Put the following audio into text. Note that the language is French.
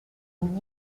pouvez